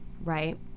right